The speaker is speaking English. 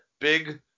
big